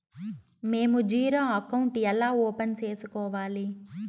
మేము zero account ఎలా open సేసుకోవాలి